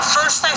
First